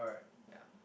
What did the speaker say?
ya